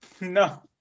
No